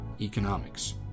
economics